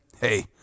Hey